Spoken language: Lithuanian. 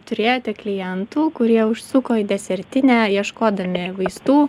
turėjote klientų kurie užsuko į desertinę ieškodami vaistų